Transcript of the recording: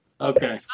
Okay